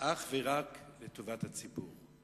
אך ורק לטובת הציבור.